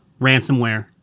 ransomware